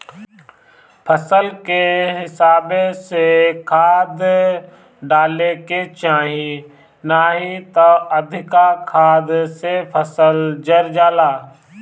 फसल के हिसाबे से खाद डाले के चाही नाही त अधिका खाद से फसल जर जाला